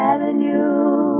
Avenue